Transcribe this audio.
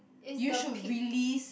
you should release